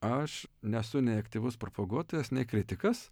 aš nesu nei aktyvus propaguotojas nei kritikas